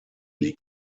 liegt